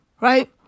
right